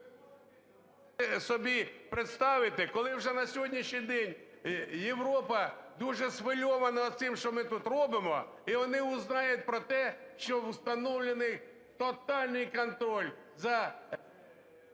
Ви не можете собі представити, коли вже на сьогоднішній день Європа дуже схвильована тим, що ми тут робимо, і вони узнають про те, що установлений тотальний контроль за...